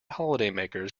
holidaymakers